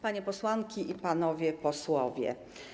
Panie Posłanki i Panowie Posłowie.